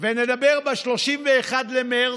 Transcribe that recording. שעד 31 במרץ,